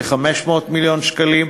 כ-500 מיליון שקלים,